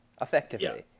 effectively